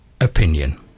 opinion